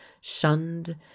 shunned